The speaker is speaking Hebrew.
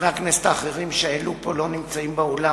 חברי הכנסת האחרים שהעלו פה את ההצעות לא נמצאים באולם,